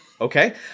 Okay